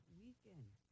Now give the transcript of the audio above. weekend